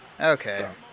Okay